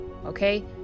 Okay